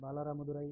बाला ठीक आहे